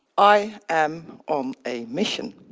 i am on a mission.